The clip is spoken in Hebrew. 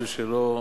זה משהו דרמטי.